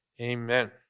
Amen